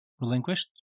relinquished